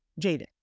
Jaden